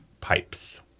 pipes